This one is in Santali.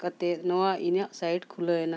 ᱠᱟᱛᱮᱫ ᱱᱚᱣᱟ ᱤᱧᱟᱹᱜ ᱥᱟᱭᱤᱴ ᱠᱷᱩᱞᱟᱹᱣ ᱮᱱᱟ